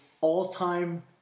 all-time